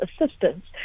assistance